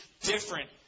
different